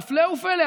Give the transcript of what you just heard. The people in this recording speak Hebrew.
והפלא ופלא,